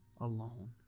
alone